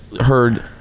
heard